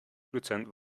prozent